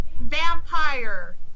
Vampire